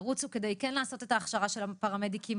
ככל שאכן הוועדה תחליט להכיר באפשרות של לימודי תעודה,